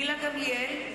גילה גמליאל,